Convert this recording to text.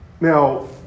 Now